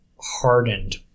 hardened